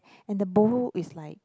and the bowl is like